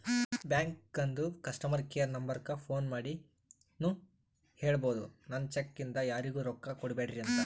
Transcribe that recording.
ಬ್ಯಾಂಕದು customer care ನಂಬರಕ್ಕ phone ಮಾಡಿನೂ ಹೇಳ್ಬೋದು, ನನ್ ಚೆಕ್ ಇಂದ ಯಾರಿಗೂ ರೊಕ್ಕಾ ಕೊಡ್ಬ್ಯಾಡ್ರಿ ಅಂತ